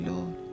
Lord